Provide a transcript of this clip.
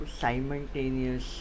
simultaneous